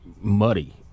muddy